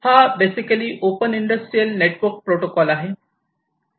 हा basically open industrial network protocol आहे